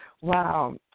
wow